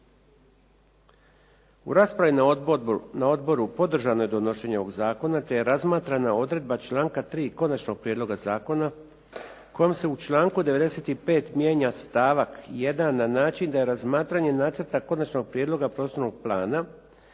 U raspravi na odboru podržano je donošenje ovoga zakona te je razmatrana odredba članka 3. Konačnog prijedloga zakona kojim se u članku 95. mijenja stavak 1. na način da je razmatranje Nacrta konačnog prijedloga prostornog plana,